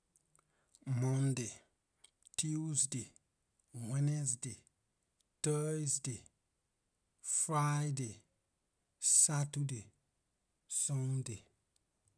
Monday, tuesday, wednesday thursday friday saturday sunday